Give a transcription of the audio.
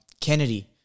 Kennedy